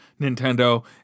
Nintendo